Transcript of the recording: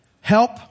help